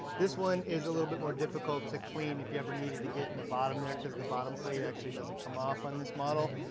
this one is a little bit more difficult to clean, if you ever needed to get in the bottom there, cause the bottom plate actually doesn't come off on this model.